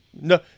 no